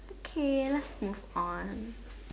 okay let's move on